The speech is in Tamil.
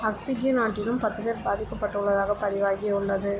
அக்துகி நாட்டிலும் பத்துப்பேர் பாதிக்கப்பட்டுள்ளதாக பதிவாகியுள்ளது